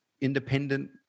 independent